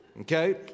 Okay